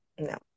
No